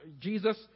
Jesus